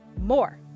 more